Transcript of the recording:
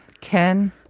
Ken